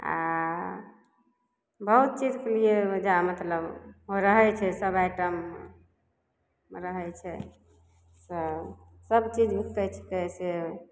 आ बहुत चीजके लिए ओहिजा मतलब रहै छै सब आइटम रहै छै सबचीज बिकै छै